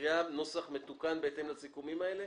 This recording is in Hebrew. מקריאה נוסח מתוקן בהתאם לסיכומים האלה?